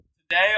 Today